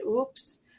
oops